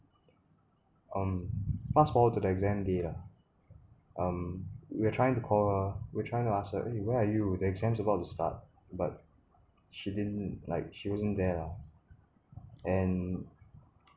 um fast forward to the exam day lah um we're trying to call her we're trying to ask her eh where are you the exams about to start but she didn't like she wasn't there lah and